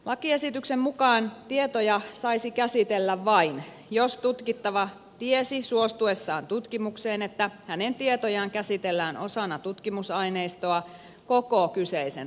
lakiesityksen mukaan tietoja saisi käsitellä vain jos tutkittava tiesi suostuessaan tutkimukseen että hänen tietojaan käsitellään osana tutkimusaineistoa koko kyseisen tutkimuksen ajan